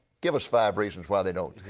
give us five reasons why they don't.